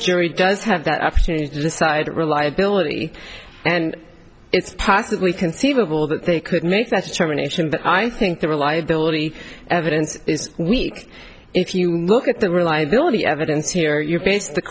jury does have that opportunity to decide reliability and it's possibly conceivable that they could make that determination but i think the reliability evidence is weak if you look at the reliability evidence here you base the